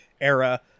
era